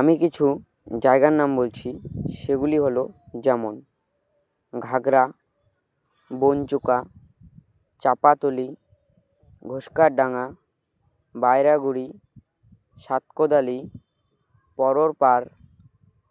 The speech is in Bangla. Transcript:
আমি কিছু জায়গার নাম বলছি সেগুলি হলো যেমন ঘাগড়া বনচুকা চাপাতলি ঘোসকারডাঙ্গা বাইরাগুড়ি সাতকোদালি পররপাড়